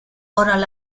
are